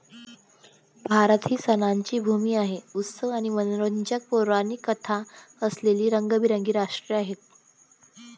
भारत ही सणांची भूमी आहे, उत्सव आणि मनोरंजक पौराणिक कथा असलेले रंगीबेरंगी राष्ट्र आहे